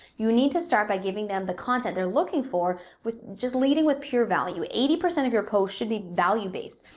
you need to start by giving them the content they're looking for with, just leading with pure value. eighty percent of your posts should be value based.